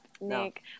Nick